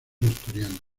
asturianos